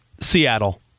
Seattle